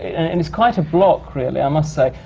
and it's quite a block, really, i must say.